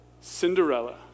Cinderella